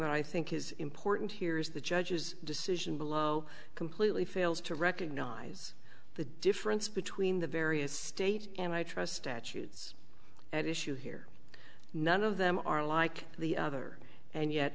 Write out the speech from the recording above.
that i think is important here is the judge's decision below completely fails to recognize the difference between the various state and i trust statutes at issue here none of them are like the other and yet